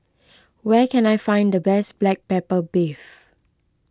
where can I find the best Black Pepper Beef